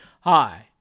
Hi